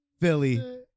Philly